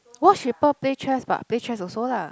watch people play chess but play chess also lah